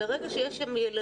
כי ברגע שיש שם ילדים,